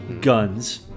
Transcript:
Guns